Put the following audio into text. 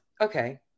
okay